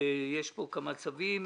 יש פה כמה צווים.